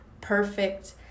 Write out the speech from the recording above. perfect